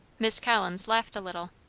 miss collins laughed a little.